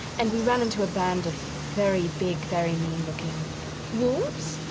and we ran into a band of very big, very mean-looking wolves.